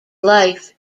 life